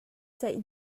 ceih